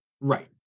Right